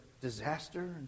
disaster